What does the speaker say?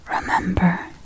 Remember